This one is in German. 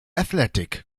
athletic